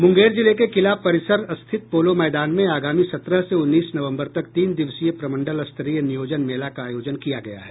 मुंगेर जिले के किला परिसर स्थित पोलो मैदान में आगामी सत्रह से उन्नीस नवम्बर तक तीन दिवसीय प्रमंडल स्तरीय नियोजन मेला का आयोजन किया गया है